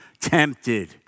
tempted